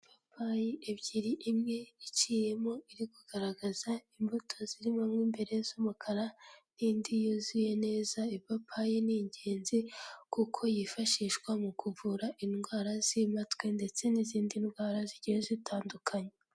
Ipapayi ebyiri, imwe iciyemo iri kugaragaza imbuto zirimo mo imbere z'umukara n'indi yuzuye neza, ipapayi ni ingenzi, kuko yifashishwa mu kuvura indwara z'impatwe ndetse n'izindi ndwara zigiye zitandukanye.